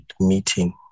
meeting